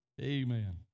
Amen